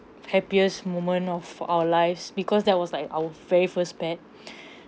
happiest moment of our lives because that was like our very first pet